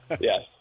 Yes